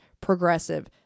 progressive